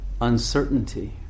uncertainty